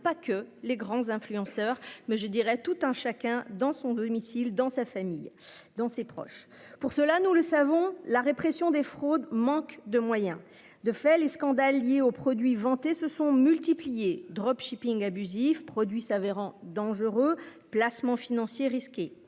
pas que les grands influenceurs mais je dirai tout un chacun dans son domicile, dans sa famille dans ses proches. Pour cela, nous le savons, la répression des fraudes, manque de moyens. De fait, les scandales liés aux produits vantés se sont multipliées dropshipping abusif produit s'avérant dangereux placements financiers risqués.